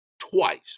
twice